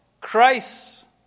Christ